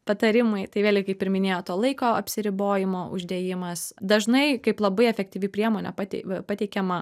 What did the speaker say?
patarimai tai vėlgi kaip ir minėjo to laiko apsiribojimo uždėjimas dažnai kaip labai efektyvi priemonė patei pateikiama